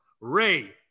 Ray